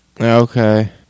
Okay